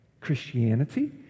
Christianity